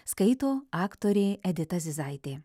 skaito aktorė edita zizaitė